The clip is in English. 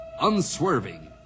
unswerving